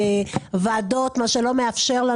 הסיעה.